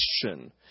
question